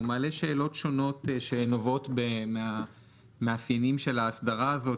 הוא מעלה שאלות שונות שנובעות מהמאפיינים של האסדרה הזאת,